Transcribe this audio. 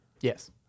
Yes